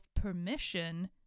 permission